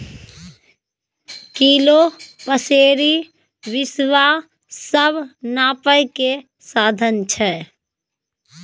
kilo, पसेरी, बिसवा सब नापय केर साधंश छै